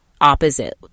opposite